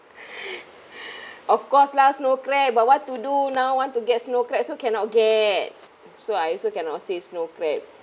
of course lah snow crab but what to do now want to get snow crab also cannot get so I also cannot say snow crab